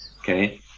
okay